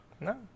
No